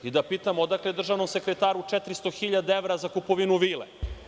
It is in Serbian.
I da pitam – odakle državnom sekretaru 400.000 za kupovinu vile?